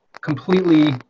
completely